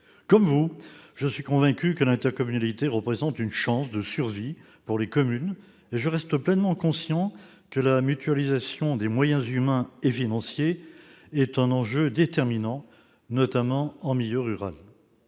Comme vous, je suis convaincu que l'intercommunalité représente une chance de survie pour les communes et je reste pleinement conscient que la mutualisation des moyens humains et financiers est un enjeu déterminant, notamment en milieu rural.